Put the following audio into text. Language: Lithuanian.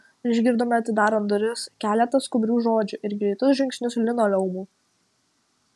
išgirdome atidarant duris keletą skubrių žodžių ir greitus žingsnius linoleumu